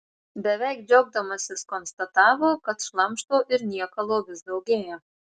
beveik džiaugdamasis konstatavo kad šlamšto ir niekalo vis daugėja